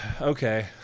okay